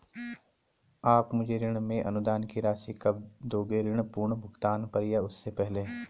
आप मुझे ऋण में अनुदान की राशि कब दोगे ऋण पूर्ण भुगतान पर या उससे पहले?